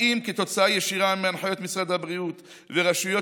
האם כתוצאה ישירה מהנחיות משרד הבריאות ורשויות